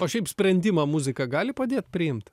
o šiaip sprendimą muzika gali padėt priimt